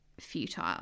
futile